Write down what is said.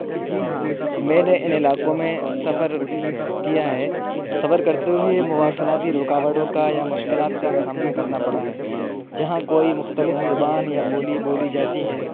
جی ہاں میں نے ان علاقوں میں سفر کیا ہے سفر کرتے ہوئے مواصلاتی رکاوٹوں کا یا مشکلات کا سامنا کرنا پڑا ہے جہاں کوئی مختلف زبان یا بولی بولی جاتی ہے